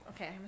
okay